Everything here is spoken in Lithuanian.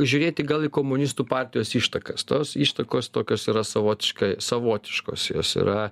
žiūrėti gal į komunistų partijos ištakas tos ištakos tokios yra savotiška savotiškos jos yra